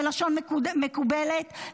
ובלשון מקובלת,